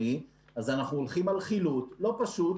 אז אנחנו על חילוט זה לא פשוט,